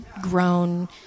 grown